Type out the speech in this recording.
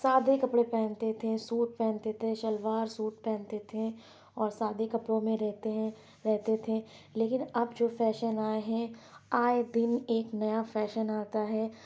سادے کپڑے پہنتے تھے سوٹ پہنتے تھے شلوار سوٹ پہنتے تھے اور سادے کپڑوں میں رہتے ہیں رہتے تھے لیکن اب جو فیشن آئے ہیں آئے دن ایک نیا فیشن آتا ہے